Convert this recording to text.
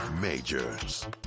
Majors